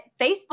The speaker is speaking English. Facebook